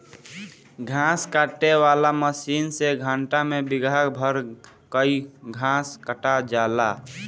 घास काटे वाला मशीन से घंटा में बिगहा भर कअ घास कटा जाला